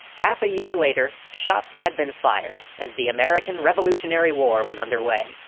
half a year later, shots had been fired, and the american revolutionary war was underway.